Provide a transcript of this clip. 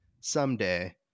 someday